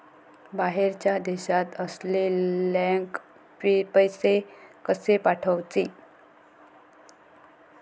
बाहेरच्या देशात असलेल्याक पैसे कसे पाठवचे?